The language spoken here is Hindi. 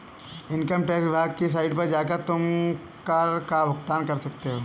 इन्कम टैक्स विभाग की साइट पर जाकर तुम कर का भुगतान कर सकते हो